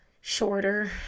shorter